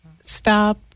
stop